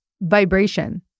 vibration